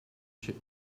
chip